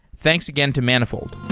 thanks again to manifold.